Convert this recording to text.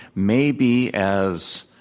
maybe, as,